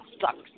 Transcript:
sucks